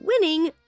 winning